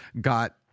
got